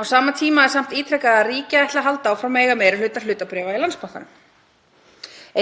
Á sama tíma er samt ítrekað að ríkið ætli að halda áfram að eiga meiri hluta hlutabréfa í Landsbankanum.